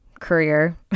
career